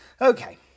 Okay